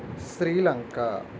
Sri Lanka